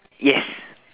yes